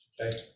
Okay